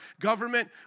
government